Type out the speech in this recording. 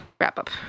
wrap-up